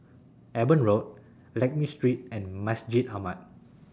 Eben Road Lakme Street and Masjid Ahmad